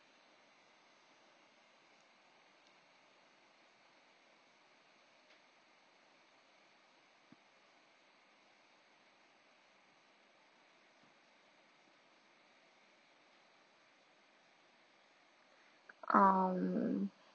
um